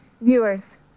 Viewers